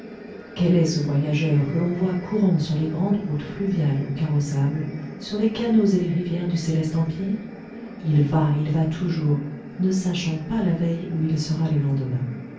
quel est ce voyageur que l'on voit courant sur les grandes routes fluviales ou carrossables sur les canaux et les rivières du céleste empire il va il va toujours ne sachant pas la veille où il sera le lendemain